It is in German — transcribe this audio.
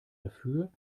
dafür